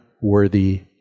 worthy